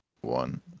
one